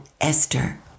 Esther